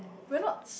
we're not